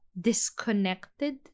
disconnected